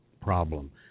problem